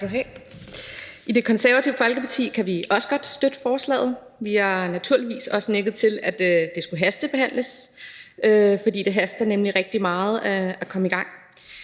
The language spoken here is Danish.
I Det Konservative Folkeparti kan vi også godt støtte forslaget. Vi har naturligvis også nikket til, at det skulle hastebehandles, for det haster nemlig rigtig meget at komme i gang.